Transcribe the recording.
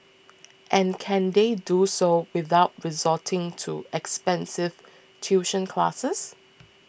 and can they do so without resorting to expensive tuition classes